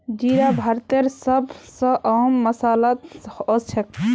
जीरा भारतेर सब स अहम मसालात ओसछेख